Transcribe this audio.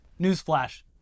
Newsflash